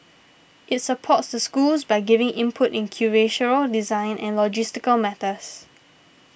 it supports the schools by giving input in curatorial design and logistical matters